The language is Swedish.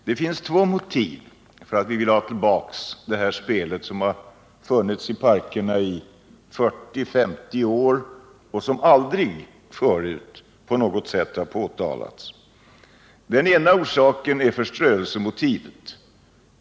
Det finns två motiv för att vi vill ha tillbaks detta spel, som har funnits i folkparkerna i 40-50 år och som aldrig förut på något sätt har påtalats. Det ena motivet är förtröelseaspekten.